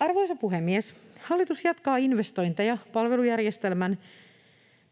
Arvoisa puhemies! Hallitus jatkaa investointeja